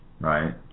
Right